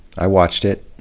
i watched it.